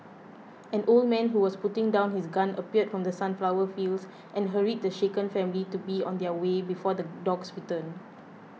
an old man who was putting down his gun appeared from the sunflower fields and hurried the shaken family to be on their way before the dogs return